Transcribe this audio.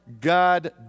God